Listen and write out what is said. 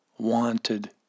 Wanted